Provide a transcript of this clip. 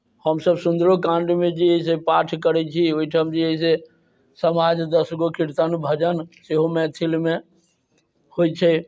हमसभ सुन्दरो काण्डमे जे अइ से पाठ करैत छी ओहिठाम जे अइ से समाज दस गो कीर्तन भजन सेहो मैथिलमे होइत छै